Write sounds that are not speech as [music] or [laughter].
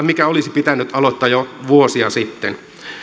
[unintelligible] mikä olisi pitänyt aloittaa jo vuosia sitten